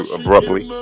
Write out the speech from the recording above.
abruptly